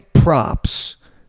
props